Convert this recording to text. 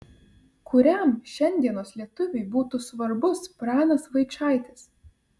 kuriam šiandienos lietuviui būtų svarbus pranas vaičaitis